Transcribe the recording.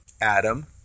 Adam